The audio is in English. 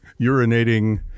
urinating